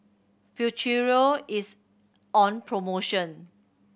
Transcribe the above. Futuro is on promotion